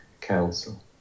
council